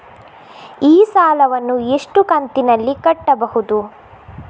ಈ ಸಾಲವನ್ನು ಎಷ್ಟು ಕಂತಿನಲ್ಲಿ ಕಟ್ಟಬಹುದು?